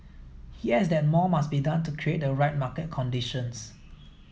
he adds that more must be done to create the right market conditions